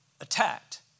attacked